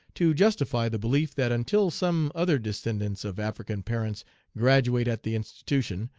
to justify the belief that until some other descendants of african parents graduate at the institution,